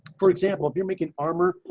for example, if you're making armor.